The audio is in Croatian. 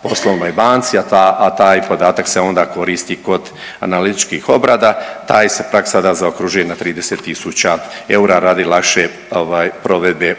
poslovnoj banci, a taj podatak se onda koristi kod analitičkih obrada. Ta se praksa zaokružuje na 30000 eura radi lakše provedbe